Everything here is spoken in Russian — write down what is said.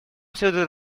следует